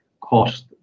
cost